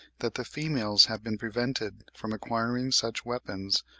that the females have been prevented from acquiring such weapons,